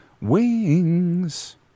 wings